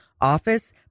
office